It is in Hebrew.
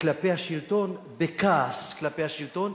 כלפי השלטון בכעס כלפי השלטון.